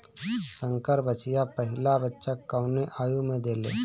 संकर बछिया पहिला बच्चा कवने आयु में देले?